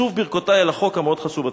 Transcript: שוב ברכותי על החוק המאוד-חשוב הזה.